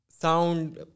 Sound